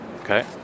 okay